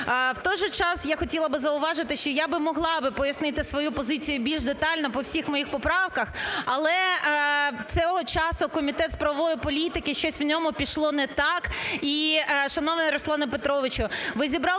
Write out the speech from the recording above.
В той же час, я хотіла би зауважити, що я би могла би пояснити свою позицію більш детально по всіх моїх поправках, але свого часу, Комітет з правової політики, щось ньому пішло не так.